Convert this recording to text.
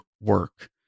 work